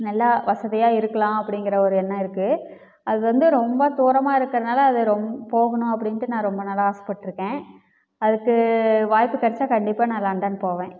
நல்லா வசதியாக இருக்கலாம் அப்படிங்கிற ஒரு எண்ணம் இருக்குது அது வந்து ரொம்ப தூரமாக இருக்கிறதுனால அது ரொம் போகணும் அப்படின்ட்டு நான் ரொம்ப நாளாக ஆசைப்பட்ருக்கேன் அதுக்கு வாய்ப்பு கிடச்சா கண்டிப்பாக நான் லண்டன் போவேன்